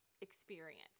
experience